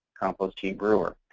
compost tea brewer.